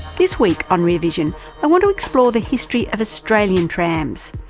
this week on rear vision i want to explore the history of australian trams.